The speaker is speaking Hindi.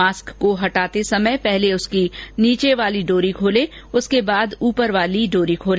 मास्क को हटाते समय पहले उसकी नीचे वाली डोरी खाले उसके बाद उपर वाली डोरी को खोर्ल